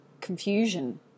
confusion